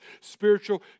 spiritual